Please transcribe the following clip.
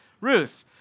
Ruth